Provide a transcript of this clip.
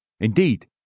Indeed